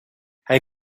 hij